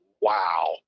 wow